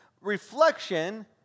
reflection